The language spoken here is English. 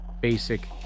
basic